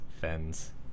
Fens